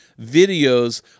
videos